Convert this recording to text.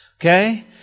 Okay